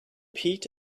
peat